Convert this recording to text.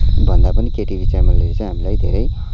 भन्दा पनि केटिभी च्यानलले चाहिँ हामीलाई धेरै